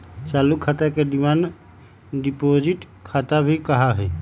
चालू खाता के डिमांड डिपाजिट खाता भी कहा हई